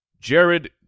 Jared